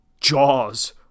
jaws